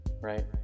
right